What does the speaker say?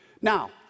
Now